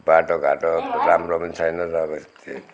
बाटो घाटोहरू राम्रो पनि छैन र